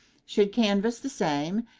should canvass the same,